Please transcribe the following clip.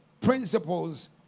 principles